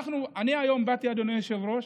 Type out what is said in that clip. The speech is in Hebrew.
אני היום באתי, אדוני היושב-ראש,